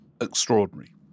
extraordinary